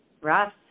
Russ